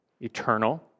eternal